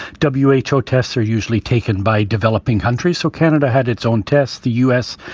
w h o. tests are usually taken by developing countries. so canada had its own tests. the u s.